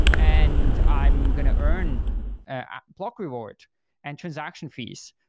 and i'm going to earn a block reward and transaction fees,